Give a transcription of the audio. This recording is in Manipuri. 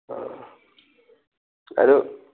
ꯑ ꯑꯗꯨ